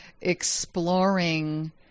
exploring